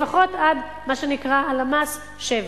לפחות עד מה שנקרא בלמ"ס 7,